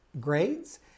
grades